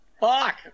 Fuck